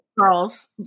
girls